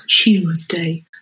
Tuesday